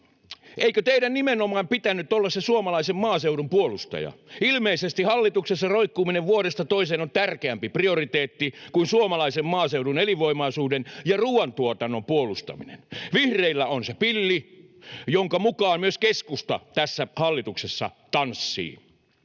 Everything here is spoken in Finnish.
eikö teidän nimenomaan pitänyt olla se suomalaisen maaseudun puolustaja? Ilmeisesti hallituksessa roikkuminen vuodesta toiseen on tärkeämpi prioriteetti kuin suomalaisen maaseudun elinvoimaisuuden ja ruuantuotannon puolustaminen. Vihreillä on se pilli, jonka mukaan myös keskusta tässä hallituksessa tanssii.